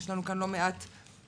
יש לנו כאן לא מעט דוברים,